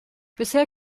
bisher